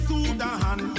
Sudan